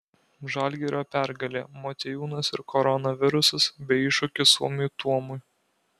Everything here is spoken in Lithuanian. žalgirio pergalė motiejūnas ir koronavirusas bei iššūkis suomiui tuomui